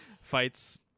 fights